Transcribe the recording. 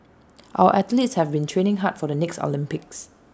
our athletes have been training hard for the next Olympics